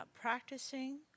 practicing